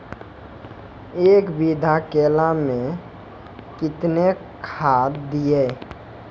एक बीघा केला मैं कत्तेक खाद दिये?